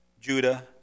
judah